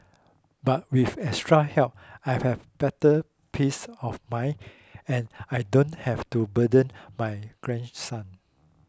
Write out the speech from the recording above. but with extra help I have better peace of mind and I don't have to burden my grandson